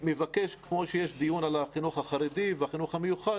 כמו שיש דיון על החינוך החרדי ועל החינוך המיוחד,